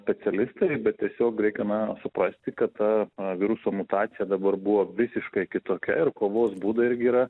specialistai bet tiesiog reikia na suprasti kad ta viruso mutacija dabar buvo visiškai kitokia ir kovos būdai irgi yra